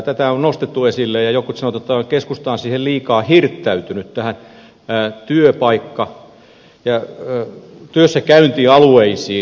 tätä on nostettu esille ja jotkut sanovat että keskusta on liikaa hirttäytynyt näihin työssäkäyntialueisiin